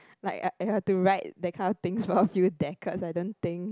like I have to write that kind of things for a few decades I don't think